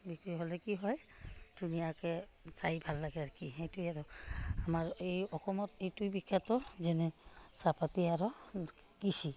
বিক্ৰী হ'লে কি হয় ধুনীয়াকৈ চাই ভাল লাগে আৰু কি সেইটোৱে আৰু আমাৰ এই অসমত এইটোৱে বিখ্যাত যেনে চাহপাত আৰু কৃষি